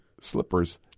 slippers